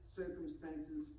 circumstances